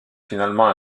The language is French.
finalement